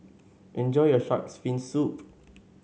enjoy your shark's fin soup